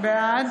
בעד